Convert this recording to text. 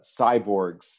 cyborgs